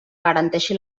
garanteixi